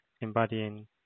embodying